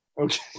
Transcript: okay